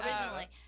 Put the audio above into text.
originally